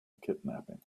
kidnapping